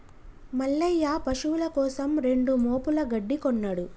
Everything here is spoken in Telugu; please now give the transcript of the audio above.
మల్లయ్య పశువుల కోసం రెండు మోపుల గడ్డి కొన్నడు